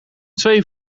twee